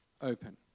open